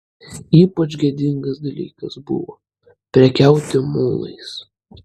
ypač gėdingas dalykas buvo prekiauti mulais